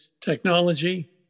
technology